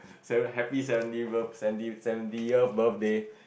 seven happy seventy birth seventy seventy year birthday